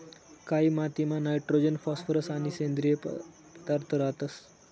कायी मातीमा nitrogen phosphorus आणि सेंद्रिय पदार्थ रातंस